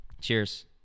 Cheers